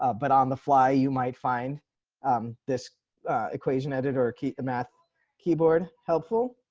ah but on the fly. you might find um this equation editor key math keyboard helpful.